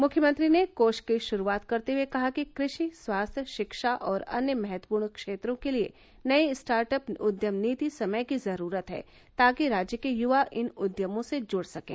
मुख्यमंत्री ने कोष की शुरूआत करते हुए कहा कि कृ पि स्वास्थ्य शिक्षा और अन्य महत्वपूर्ण क्षेत्रों के लिए नई स्टार्टअप उद्यम नीति समय की जरूरत है ताकि राज्य के य्वा इन उद्यमों से जुड़ सकें